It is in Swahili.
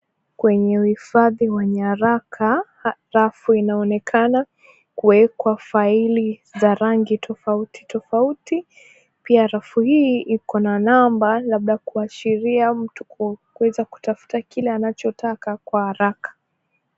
Kwenye uhifadhi wa nyaraka rafu inaonekana kuwekwa faili za rangi tofauti tofauti. Pia rafu hii ikona namba labda kuashiria mtu kuweza kutafuta kile anachotaka kwa haraka.